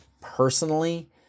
personally